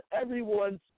everyone's